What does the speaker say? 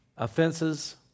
Offenses